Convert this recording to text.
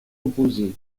opposé